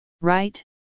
right